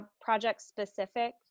project-specific